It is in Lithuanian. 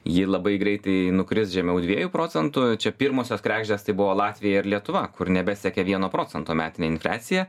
ji labai greitai nukris žemiau dviejų procentų čia pirmosios kregždės tai buvo latvija ir lietuva kur nebesiekė vieno procento metinė infliacija